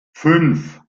fünf